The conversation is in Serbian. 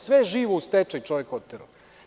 Sve živo je u stečaj čovek oterao.